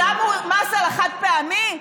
שמו מס על החד-פעמי?